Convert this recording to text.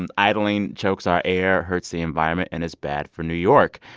and idling chokes our air, hurts the environment and is bad for new york.